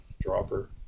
dropper